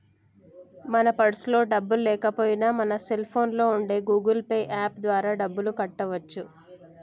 మన పర్సులో డబ్బులు లేకపోయినా మన సెల్ ఫోన్లో ఉండే గూగుల్ పే యాప్ ద్వారా డబ్బులు కట్టవచ్చు